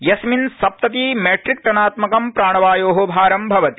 यस्मिन् सप्तति मट्रिक्रिटनात्मकं प्राणवायो भारं भवति